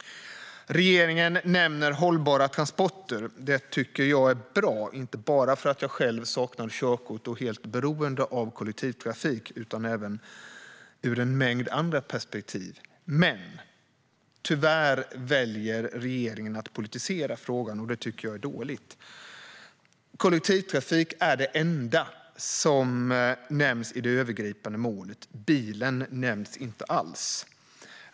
Regeringen nämner hållbara transporter. Det tycker jag är bra, inte bara för att jag själv saknar körkort och är helt beroende av kollektivtrafik. Men tyvärr väljer regeringen att politisera frågan, och det tycker jag är dåligt. Kollektivtrafik är det enda som nämns i det övergripande målet - bilen nämns inte alls.